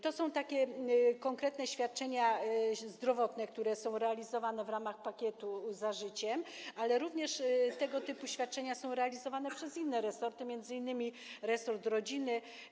To są konkretne świadczenia zdrowotne, które są realizowane w ramach pakietu „Za życiem”, ale tego typu świadczenia są również realizowane przez inne resorty, m.in. resort rodziny.